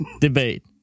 debate